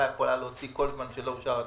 יכולה להוציא כל זמן שלא אושר התקציב,